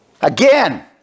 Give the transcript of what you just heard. Again